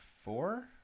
four